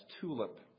TULIP